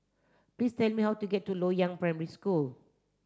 please tell me how to get to Loyang Primary School